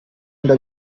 nda